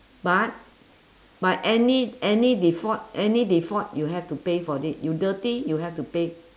but but any any default any default you have to pay for it you dirty you have to pay